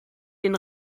den